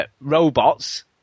robots